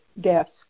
desk